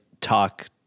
talk